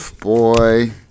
Boy